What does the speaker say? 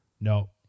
No